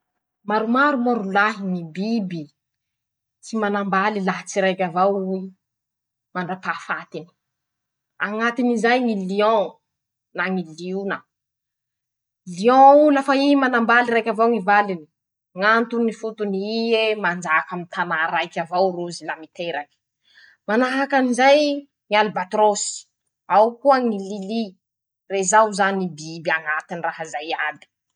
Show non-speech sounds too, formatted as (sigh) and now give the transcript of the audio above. Maromaro moa rolahy ñy biby tsy manambaly laha tsy raiky avao ro mandra-pahafatiny: -Añatiny zay ñy lion na ñy liona. lion o lafa i ro manambaly. raiky avao ñy valiny. ñ'antony fotony ie manjàka aminy tanà raiky avao rozy la miteraky; (shushes) manahaky anizay ñy albatrosy. ao koa ñy lily. rezao zany biby añatiny raha zay iaby.